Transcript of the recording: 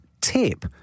tip